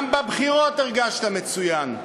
גם בבחירות הרגשת מצוין,